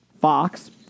Fox